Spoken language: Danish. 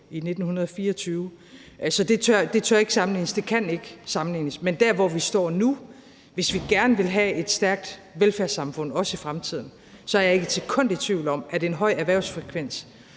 i 1924. Så det tør jeg ikke sammenligne, og det kan ikke sammenlignes, men hvis vi der, hvor vi står nu, gerne vil have et stærkt velfærdssamfund, også i fremtiden, så er jeg ikke et sekund i tvivl om, at en høj erhvervsfrekvens